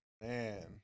man